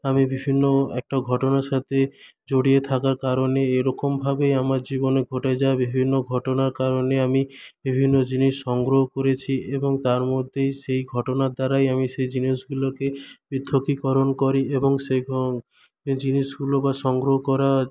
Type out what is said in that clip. আমি বিভিন্ন একটা ঘটনার সাথে জড়িয়ে থাকার কারণে এরকমভাবেই আমার জীবনে ঘটে যাওয়া বিভিন্ন ঘটনার কারণে আমি বিভিন্ন জিনিস সংগ্রহ করেছি এবং তার মধ্যেই সেই ঘটনার দ্বারাই আমি সেই জিনিসগুলোকে পৃথকীকরণ করি এবং সেই জিনিসগুলো বা সংগ্রহ করা